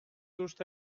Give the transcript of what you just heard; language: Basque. uste